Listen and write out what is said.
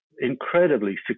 incredibly